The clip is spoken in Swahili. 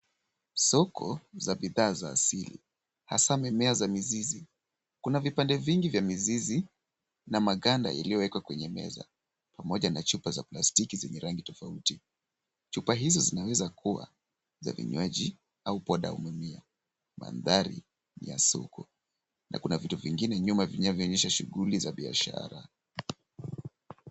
Soko za bidhaa za asili, hasa mimea za mizizi. Kuna vipande vingi vya mizizi na maganda yaliyoweka kwenye meza, pamoja na chupa za plastiki zenye rangi tofauti. Chupa hizo zinaweza kuwa za vinyuaji au podamilia. Mandhari ni ya soko na kuna vitu vingine nyuma vinavyoonyesha shughuli za biashara.